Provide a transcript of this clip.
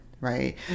right